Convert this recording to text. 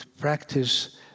practice